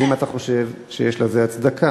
האם אתה חושב שיש לזה הצדקה?